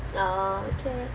oh okay